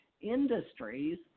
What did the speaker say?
industries